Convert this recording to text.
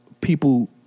people